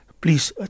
Please